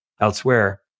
elsewhere